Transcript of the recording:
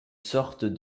sorte